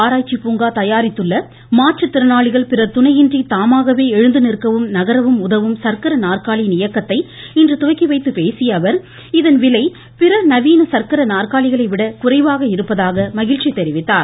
ஆராய்ச்சி பூங்கா தயாரித்துள்ள மாற்றுத்திறனாளிகள் பிறர் துணையின்றி தாமாகவே எழுந்து நிற்கவும் நகரவும் உதவும் சக்கர நாற்காலியின் இயக்கத்தை இன்று துவக்கி வைத்து பேசிய அவர் இதன் விலை பிற நவீன சக்கர நாற்காலிகளை விட குறைவாக இருப்பதாக மகிழ்ச்சி தெரிவித்தார்